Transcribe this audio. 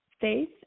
faith